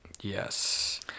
Yes